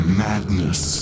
madness